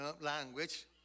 language